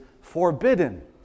forbidden